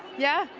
yeah?